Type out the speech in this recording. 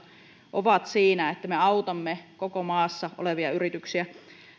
ovat siinä että me autamme koko maassa olevia yrityksiä